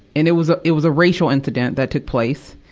and it was a, it was a racial incident that took place,